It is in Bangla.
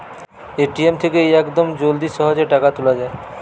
এ.টি.এম থেকে ইয়াকদম জলদি সহজে টাকা তুলে যায়